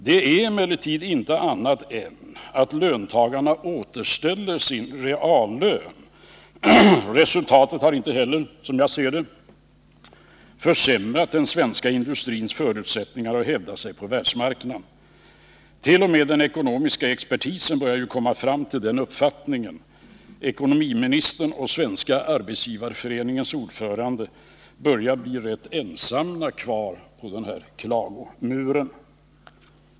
Det handlar emellertid inte om annat än att löntagarna återställer sin reallön. Som jag ser det har resultatet inte heller försämrat den svenska industrins förutsättningar att hävda sig på världsmarknaden. T. o. m. den ekonomiska expertisen börjar ju komma fram till den uppfattningen. Ekonomiministern och Svenska arbetsgivareföreningens ordförande börjar bli rätt ensamma kvar på den här klagomuren.